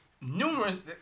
numerous